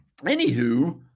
Anywho